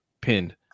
pinned